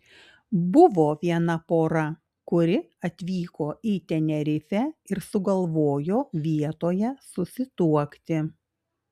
buvo viena pora kuri atvyko į tenerifę ir sugalvojo vietoje susituokti